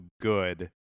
good